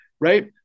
right